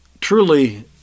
truly